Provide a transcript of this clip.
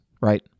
right